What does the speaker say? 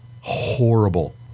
Horrible